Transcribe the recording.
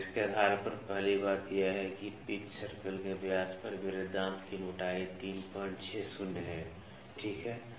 तो इसके आधार पर पहली बात यह है कि पिच सर्कल के व्यास पर मेरे दांत की मोटाई 360 है ठीक है